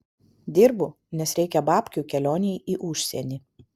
dirbu nes reikia babkių kelionei į užsienį